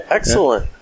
Excellent